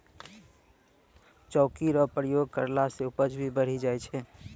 चौकी रो प्रयोग करला से उपज भी बढ़ी जाय छै